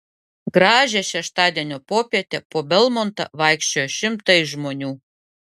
gražią šeštadienio popietę po belmontą vaikščiojo šimtai žmonių